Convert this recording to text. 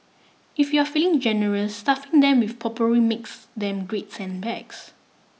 if you're feeling generous stuffing them with potpourri makes them great scent bags